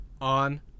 on